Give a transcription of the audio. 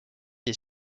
est